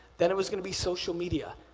then it was gonna be social media.